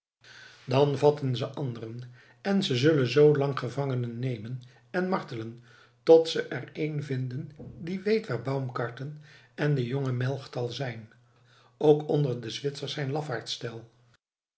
dan vatten ze anderen en ze zullen z lang gevangen nemen en martelen tot ze er één vinden die weet waar baumgarten en de jonge melchtal zijn ook onder de zwitsers zijn lafaards tell